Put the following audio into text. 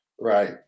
right